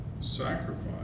sacrifice